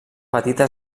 petita